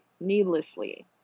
needlessly